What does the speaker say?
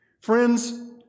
Friends